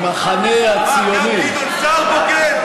המחנה הציוני, גם גדעון סער בוגד?